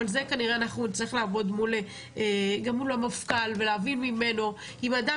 אבל זה כנראה אנחנו עוד נצטרך לעבוד גם מול המפכ"ל ולהבין ממנו אם אדם